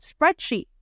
spreadsheet